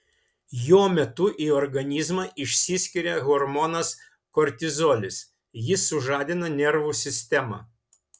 jo metu į organizmą išsiskiria hormonas kortizolis jis sužadina nervų sistemą